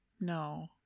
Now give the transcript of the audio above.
no